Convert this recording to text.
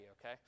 okay